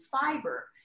fiber